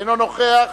אינו נוכח.